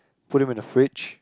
put them in the fridge